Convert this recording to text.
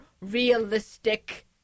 realistic